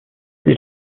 dès